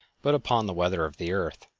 but upon the weather of the earth.